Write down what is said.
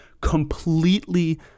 completely